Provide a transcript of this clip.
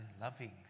loving